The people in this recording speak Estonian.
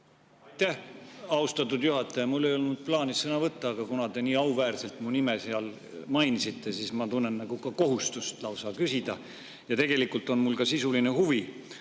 Aitäh, austatud juhataja! Mul ei olnud plaanis sõna võtta, aga kuna te nii auväärselt mu nime seal mainisite, siis ma tunnen lausa kohustust küsida. Tegelikult on mul ka sisuline huvi